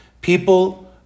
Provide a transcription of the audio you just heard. People